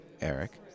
Eric